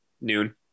noon